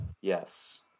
Yes